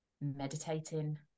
meditating